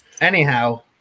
Anyhow